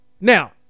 Now